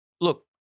Look